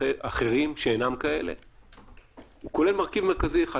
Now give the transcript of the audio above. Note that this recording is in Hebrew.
אחרים שאינם כאלה הוא כולל מרכיב מרכזי אחד,